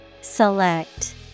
Select